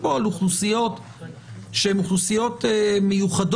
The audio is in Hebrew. האם הכלל הזה חל בטרנזקציות בינו לבינו?